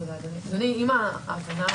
אדוני, יש לזכור